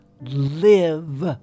live